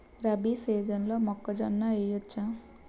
రబీ సీజన్లో మొక్కజొన్న వెయ్యచ్చా?